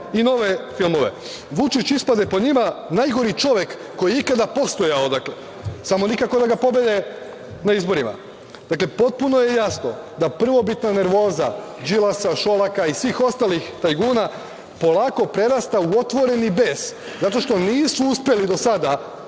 i nove filmove. Vučić ispade, po njima, najgori čovek koji je ikada postojao, samo nikako da ga pobede na izborima. Dakle, potpuno je jasno da prvobitna nervoza Đilasa, Šolaka i svih ostalih tajkuna polako prerasta u otvoreni bes, zato što nisu uspeli do sada